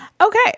Okay